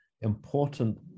important